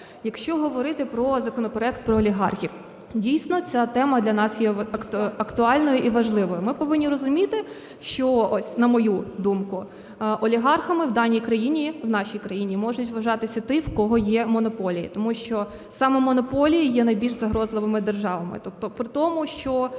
Якщо говорити про законопроект про олігархів. Дійсно ця тема для нас є актуальною і важливою. Ми повинні розуміти, що, на мою думку, олігархами в даній країні, в нашій країні можуть вважатися ті, у кого є монополії, тому що саме монополії є найбільш загрозливими державі.